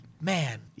Man